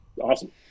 awesome